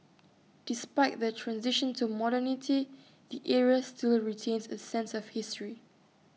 despite the transition to modernity the area still retains A sense of history